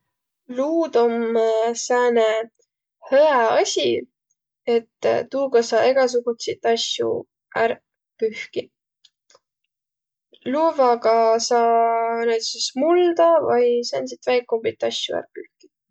Luud om sääne hüä asi, et tuuga saa egäsugutsit asju ärq pühkiq. Luvvaga saa näütüses mulda vai sääntsit väikumbit asju ärq pühkiq.